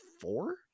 four